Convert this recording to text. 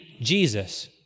Jesus